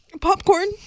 Popcorn